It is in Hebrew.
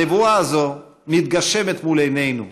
הנבואה הזאת מתגשמת מול עינינו.